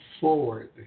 forward